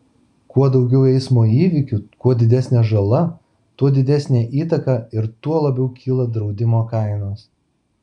kuo daugiau eismo įvykių kuo didesnė žala tuo didesnė įtaka ir tuo labiau kyla draudimo kainos